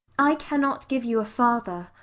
i cannot give you a father,